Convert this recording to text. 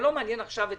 הייתי סבור